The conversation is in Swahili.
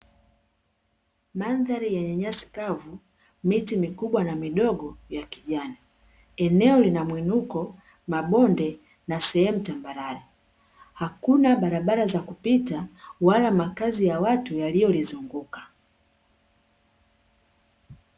Mandhari yenye nyasi kavu, miti mikubwa na midogo ya kijani. Eneo lina mwinuko, mabonde na sehemu tambarare, hakuna barabara za kupita wala makazi ya watu yaliyolizunguka.